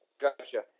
Gotcha